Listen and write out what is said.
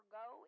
go